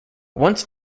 once